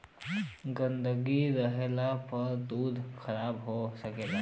गन्दगी रहले पर दूध खराब हो सकेला